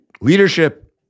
leadership